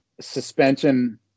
suspension